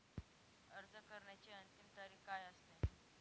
अर्ज करण्याची अंतिम तारीख काय असते?